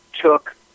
took